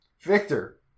victor